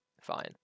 fine